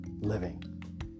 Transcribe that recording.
living